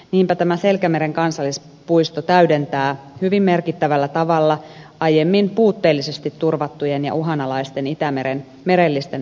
niinpä tämä selkämeren kansallispuisto täydentää hyvin merkittävällä tavalla aiemmin puutteellisesti turvattujen ja uhanalaisten itämeren merellisten ekosysteemien suojelua